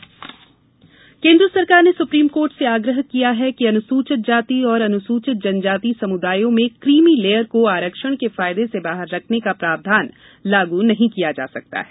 उच्चतम न्यायालय एससीएसटी केन्द्र सरकार ने सुप्रीम कोर्ट से आग्रह किया अनुसूचित जाति और अनुसूचित जनजाति समुदायों में क्रीमी लेयर को आरक्षण के फायदे से बाहर रखने का प्रावधान लागू नहीं किया जा सकता है